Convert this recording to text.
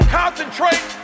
concentrate